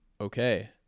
okay